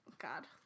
God